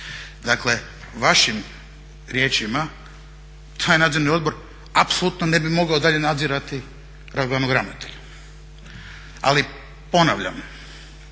Dakle, vašim riječima taj Nadzorni odbor apsolutno ne bi mogao dalje nadzirati glavnog ravnatelja. Ali ponavljam